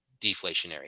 deflationary